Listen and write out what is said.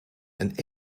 een